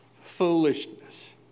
foolishness